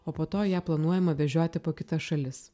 o po to ją planuojama vežioti po kitas šalis